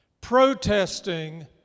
protesting